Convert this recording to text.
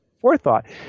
forethought